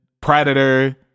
Predator